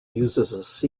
uses